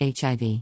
HIV